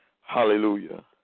Hallelujah